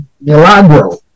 Milagro